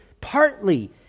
Partly